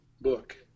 book